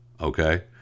Okay